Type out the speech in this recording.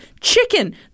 Chicken